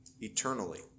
eternally